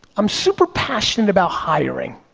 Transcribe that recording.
i'm super passionate about hiring.